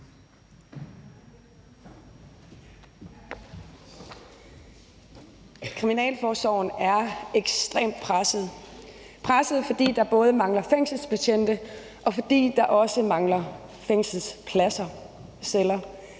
Kriminalforsorgen er ekstremt presset. Den er presset, fordi der både mangler fængselsbetjente, og fordi der også mangler fængselspladser. Det er